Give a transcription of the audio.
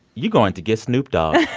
you're going to get snoop dogg.